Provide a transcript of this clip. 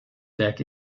berg